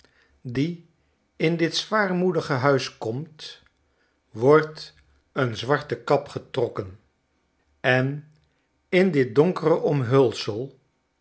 die in dit zwaarmoedige huis komt wordt een zwarte kap getrokken en in dit donkere omhulsel